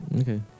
Okay